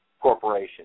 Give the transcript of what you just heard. corporation